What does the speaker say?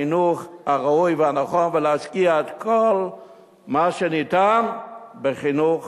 החינוך הראוי והנכון ולהשקיע את כל מה שניתן בחינוך